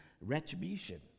retribution